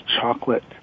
chocolate